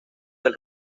del